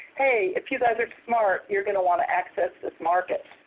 hey, if you guys are smart, you're going to want to access this market.